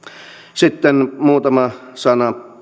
sitten muutama sana